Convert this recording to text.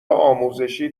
آموزشی